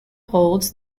holds